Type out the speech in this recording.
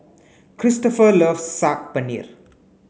Cristofer loves Saag Paneer